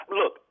look